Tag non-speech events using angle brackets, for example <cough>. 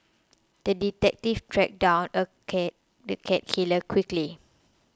the detective tracked down the cat <unintelligible> killer quickly